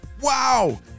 Wow